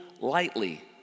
lightly